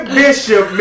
bishop